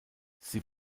sie